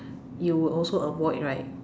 you would also avoid right